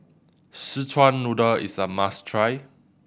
Szechuan Noodle is a must try